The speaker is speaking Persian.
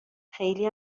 خیلی